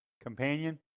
Companion